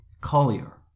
Collier